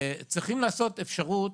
צריכים לעשות אפשרות